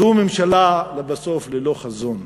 זו ממשלה, לבסוף, ללא חזון.